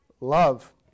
love